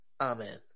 Amen